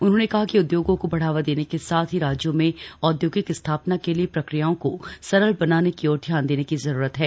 उन्होंने कहा कि उदयोगों को बढ़ावा देने के साथ ही राज्यों में औदयोगिक स्थापना के लिए प्रक्रियाओं को सरल बनाने की ओर ध्यान देने की जरूरत है